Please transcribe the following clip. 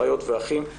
לאחיות ולאחים.